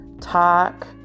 talk